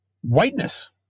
whiteness